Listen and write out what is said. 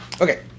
Okay